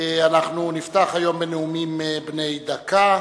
אנחנו נפתח היום בנאומים בני דקה.